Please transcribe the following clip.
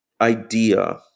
idea